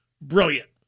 brilliant